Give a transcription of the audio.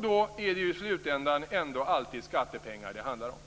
Då är det ju i slutändan ändå alltid skattepengar det handlar om.